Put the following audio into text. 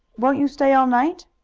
won't you stay all night?